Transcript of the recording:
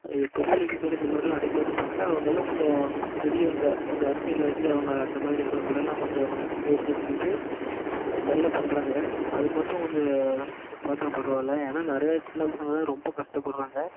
அது தொழிலதிபர் இந்த மாதிரி நிறைய பேர் இருப்பாங்க அவங்களாம் கொஞ்சம் பெரியவங்க கொஞ்சம் அரசியல்வாதி அவங்க அந்த மாதிரி இருக்கறவங்களலாம் கொஞ்சம் தெரிஞ்சு வச்சிக்கிட்டு இது மாதிரிலாம் பண்ணுறாங்க அது மட்டும் கொஞ்சம் பார்த்தா பரவால்ல ஏன்னா நிறைய சின்ன பசங்கலாம் ரொம்ப கஷ்டப்படுறாங்க